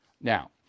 Now